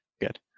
good